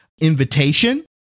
invitation